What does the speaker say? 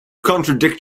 contradict